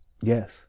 Yes